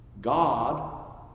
God